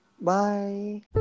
Bye